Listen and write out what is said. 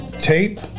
Tape